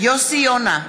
יוסי יונה,